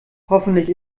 hoffentlich